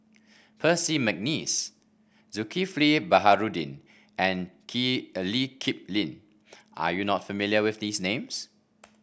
Percy McNeice Zulkifli Baharudin and Kip Lee Kip Lin are you not familiar with these names